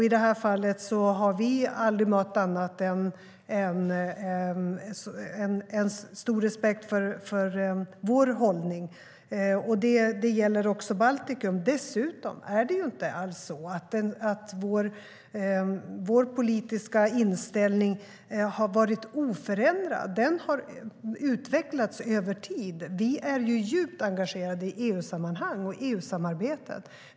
I det här fallet har vi aldrig mött annat än stor respekt för vår hållning. Det gäller också Baltikum.Dessutom är det ju inte alls så att vår politiska inställning har varit oförändrad. Den har utvecklats över tid. Vi är djupt engagerade i EU-sammanhang och EU-samarbetet.